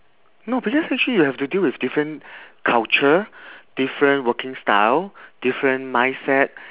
no because actually you have deal with different culture different working style different mindset